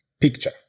picture